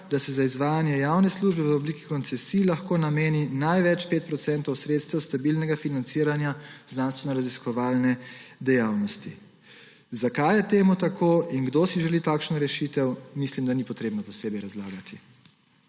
da se za izvajanje javne službe v obliki koncesij lahko nameni največ 5 procentov sredstev stabilnega financiranja znanstvenoraziskovalne dejavnosti. Zakaj je temu tako in kdo si želi takšno rešitev, mislim, da ni potrebno posebej razlagati.